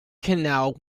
canal